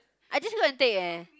I just go and take eh